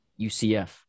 UCF